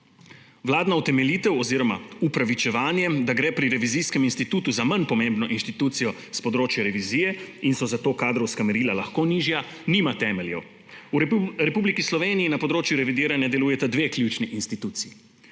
Vladna utemeljitev oziroma upravičevanje, da gre pri revizijskem institutu za manj pomembno institucijo s področja revizije in so zato kadrovska merila lahko nižja, nima temeljev. V Republiki Sloveniji na področju revidiranja delujeta dve ključni instituciji